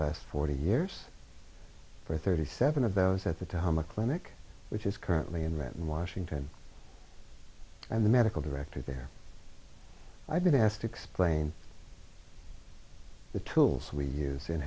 last forty years for thirty seven of those at the to houma clinic which is currently in renton washington and the medical director there i've been asked to explain the tools we use in